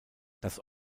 das